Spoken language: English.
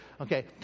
Okay